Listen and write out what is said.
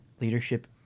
leadership